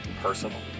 personal